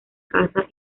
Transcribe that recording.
casa